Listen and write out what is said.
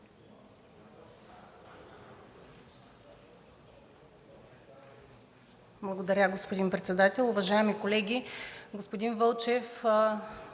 Благодаря, господин Председател. Уважаеми колеги! Господин Вълчев,